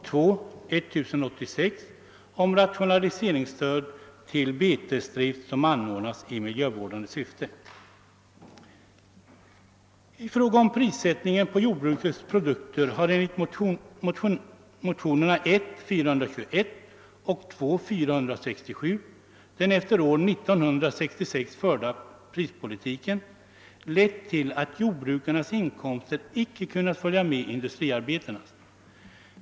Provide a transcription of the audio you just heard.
I fråga om prissättningen på jordbrukets produkter har enligt motionerna I:421 och 1II:467 den efter år 1966 förda prispolitiken lett till att jordbrukarnas inkomster inte kunnat följa med industriarbetarnas.